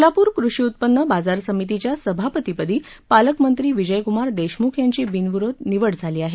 सोलापूर कृषी उत्पन्न बाजार समितीच्या सभापतीपदी पालकमंत्री विजयक्मार देशम्ख यांची बिनविरोध निवड झाली़ आहे